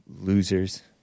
Losers